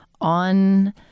on